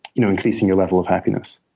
you know increasing your level of happiness.